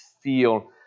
feel